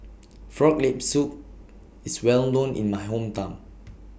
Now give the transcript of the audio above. Frog Leg Soup IS Well known in My Hometown